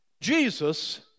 Jesus